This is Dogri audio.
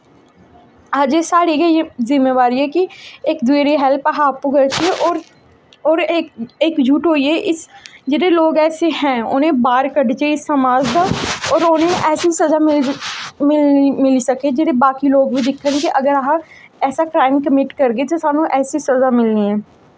अज्ज एह् साढ़ी गै जिम्मेवारी ऐ कि इक दुए दी हैल्प अस अप्पू करचै और इक इक जुट्ट होइयै इस जेह्ड़े लोक ऐसे ऐं उ'नें ई बाह्र कढचै इस समाज दा और उ'नें गी ऐसी सजा मिल मिलनी मिली सकै जेह्ड़े बाकी लोक बी दिक्खन कि अगर अस ऐसा क्राइम कमिट करगे ते सानू ऐसी सजा मिलनी ऐ